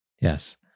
Yes